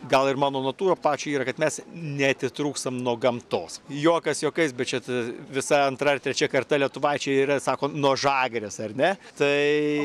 gal ir mano natūra pačio yra kad mes neatitrūkstam nuo gamtos juokas juokais bet čia t visa antra ar trečia karta lietuvaičiai yra sako nuo žagrės ar ne tai